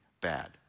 bad